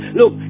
look